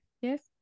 Yes